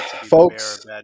folks